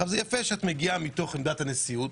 יפה שאת מגיעה מתוך עמדת הנשיאות.